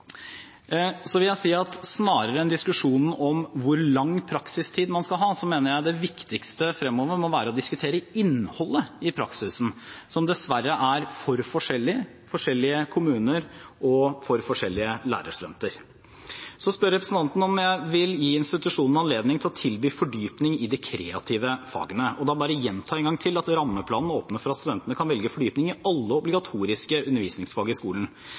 Så vil jeg si at snarere enn diskusjonen om hvor lang praksistid man skal ha, mener jeg det viktigste fremover må være å diskutere innholdet i praksisen, som dessverre er for forskjellig for forskjellige kommuner og for forskjellige lærerstudenter. Så spør representanten om jeg vil gi institusjonene anledning til å tilby fordypning i de kreative fagene. Da gjentar jeg en gang til at rammeplanen åpner for at studentene kan velge fordypning i alle obligatoriske undervisningsfag i skolen.